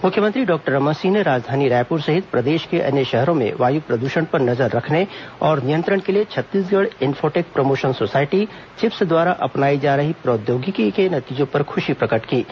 मुख्यमंत्री डॉक्टर रमन सिंह ने राजधानी रायपुर सहित प्रदेश के अन्य शहरों में वायु प्रद्षण पर नजर रखने और नियंत्रण के लिए छत्तीसगढ़ इन्फोटेक प्रमोशन सोसायटी चिप्स द्वारा अपनायी जा रही प्रौद्योगिकी के नतीजों पर खुशी प्रकट की है